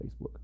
Facebook